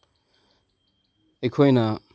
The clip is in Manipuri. ꯑꯩꯈꯣꯏꯅ